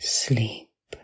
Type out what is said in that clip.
sleep